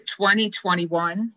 2021